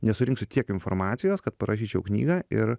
nesurinksiu tiek informacijos kad parašyčiau knygą ir